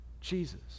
Jesus